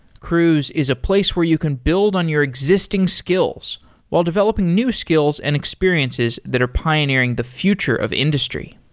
cruise is a place where you can build on your existing skills while developing new skills and experiences that are pioneering the future of industry.